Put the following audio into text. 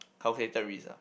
calculated risk ah